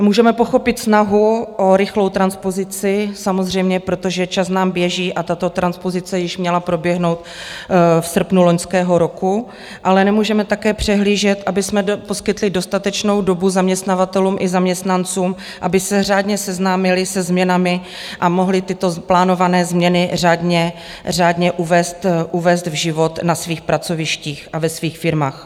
Můžeme pochopit snahu o rychlou transpozici, samozřejmě, protože čas nám běží a tato transpozice již měla proběhnout v srpnu loňského roku, ale nemůžeme také přehlížet, abychom poskytli dostatečnou dobu zaměstnavatelům i zaměstnancům, aby se řádně seznámili se změnami a mohli tyto plánované změny řádně uvést v život na svých pracovištích a ve svých firmách.